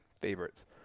favorites